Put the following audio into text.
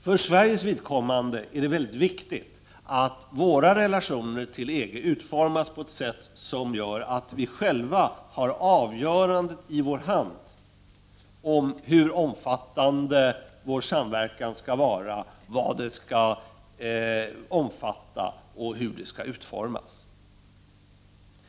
För Sveriges vidkommande är det mycket viktigt att Sveriges relationer till EG utformas på ett sätt som gör att vi i Sverige själva har avgörandet i vår hand om hur omfattande vår samverkan skall vara, vad den skall omfatta och hur den skall utformas.